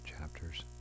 chapters